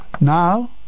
Now